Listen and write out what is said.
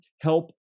help